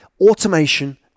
Automation